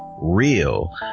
Real